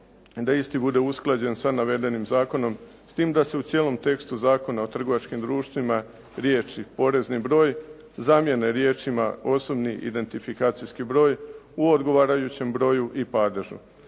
da isti bude usklađen sa navedenim zakonom, s tim da se u cijelom tekstu Zakona o trgovačkim društvima riječi: "porezni broj" zamijene riječima: "osobni identifikacijski broj" u odgovarajućem broju i padežu.